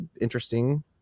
interesting